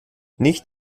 nicht